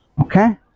Okay